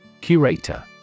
Curator